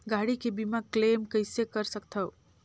गाड़ी के बीमा क्लेम कइसे कर सकथव?